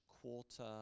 Quarter